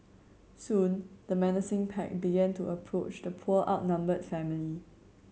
soon the menacing pack began to approach the poor outnumbered family